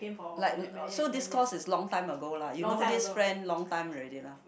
like so this course is long time ago lah you know this friend long time already lah